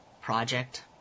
project